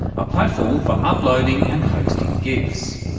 a platform for uploading and hosting gifs.